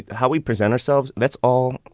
how we present ourselves, that's all.